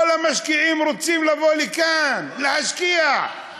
כל המשקיעים רוצים לבוא לכאן, להשקיע.